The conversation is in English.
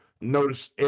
notice